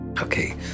Okay